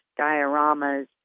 dioramas